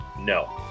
No